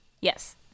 Yes